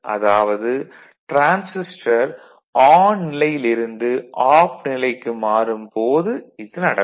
அதாவது transistor on நிலையில் இருந்து ஆஃப் நிலைக்கு மாறும் போது இது நடக்கும்